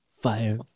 fire